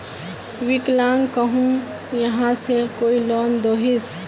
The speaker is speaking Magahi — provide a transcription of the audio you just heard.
विकलांग कहुम यहाँ से कोई लोन दोहिस?